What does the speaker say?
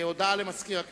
הודעה למזכיר הכנסת.